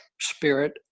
spirit